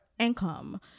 income